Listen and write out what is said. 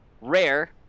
Rare